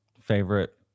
Favorite